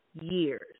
years